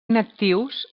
inactius